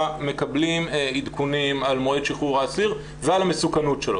מקבלים עדכונים על מועד שחרור האסיר ועל המסוכנות שלו.